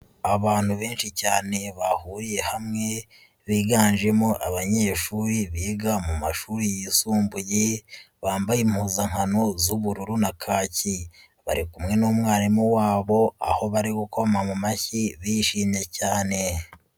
Abantu benshi cyane bahuriye hamwe biganjemo abanyeshuri biga mu mashuri yisumbuye bambaye impuzankano z'ubururu na kaki, bari kumwe n'umwarimu wabo aho bari gukoma mu mashyi bishimye cyane.